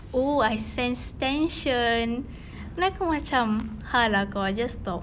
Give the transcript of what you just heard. oo I sense tension then aku macam ha lah kau just stop